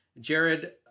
Jared